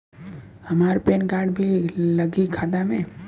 हमार PAN card भी लगी खाता में?